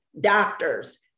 doctors